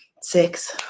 Six